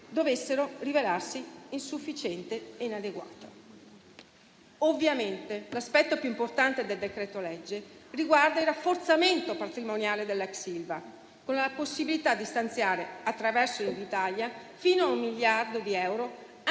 dovesse rivelarsi insufficiente e inadeguata. Ovviamente, l'aspetto più importante del decreto-legge riguarda il rafforzamento patrimoniale dell'ex Ilva, con la possibilità di stanziare - attraverso Invitalia - fino a un miliardo di euro, anche in